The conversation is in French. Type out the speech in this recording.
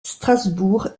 strasbourg